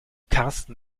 karsten